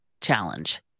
challenge